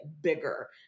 bigger